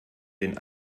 den